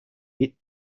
bit